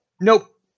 Nope